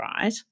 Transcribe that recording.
right